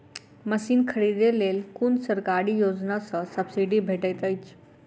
Machine खरीदे लेल कुन सरकारी योजना सऽ सब्सिडी भेटैत अछि?